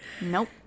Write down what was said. Nope